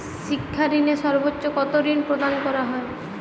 শিক্ষা ঋণে সর্বোচ্চ কতো ঋণ প্রদান করা হয়?